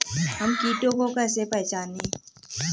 हम कीटों को कैसे पहचाने?